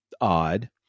odd